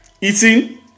eating